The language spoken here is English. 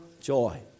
joy